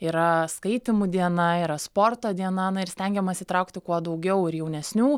yra skaitymų diena yra sporto diena na ir stengiamasi įtraukti kuo daugiau ir jaunesnių